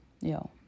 Yo